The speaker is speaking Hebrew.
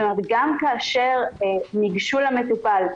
זאת אומרת גם כאשר ניגשו למטופל,